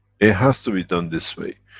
it has to be done this way.